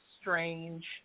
strange